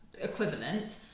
equivalent